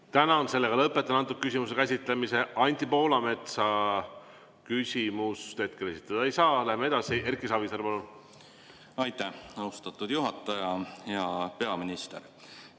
Tänan! Lõpetan selle küsimuse käsitlemise. Anti Poolamets küsimust hetkel esitada ei saa, läheme edasi. Erki Savisaar, palun! Aitäh, austatud juhataja! Hea peaminister!